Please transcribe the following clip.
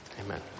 amen